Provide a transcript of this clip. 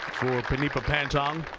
for panthong